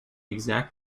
exact